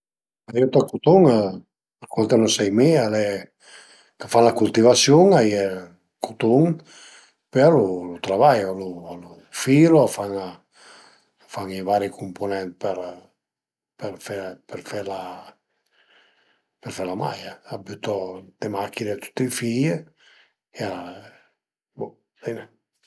La maiëtta d'cutun, për cuand n'ën sai mi al e, a fan la cultivasiun, a ie, cutun, pöi a lu travaiu, a le filu, a fan i vari cumpunent për fe për fe la maia, a bütu ën le machin-e tüti i fil e bo sai nen